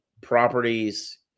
properties